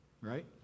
Right